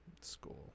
school